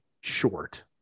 short